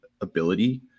ability